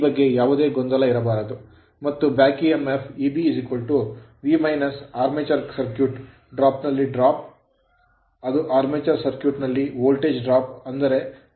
ಈ ಬಗ್ಗೆ ಯಾವುದೇ ಗೊಂದಲಇರಬಾರದು ಮತ್ತು back emf back EMF Eb V - armature circuit armature circuit ನಲ್ಲಿ drop ಡ್ರಾಪ್ ಅದು armature circuit ಆರ್ಮೇಚರ್ ಸರ್ಕ್ಯೂಟ್ ನಲ್ಲಿ ವೋಲ್ಟೇಜ್ ಡ್ರಾಪ್ ಅಂದರೆ Ia ra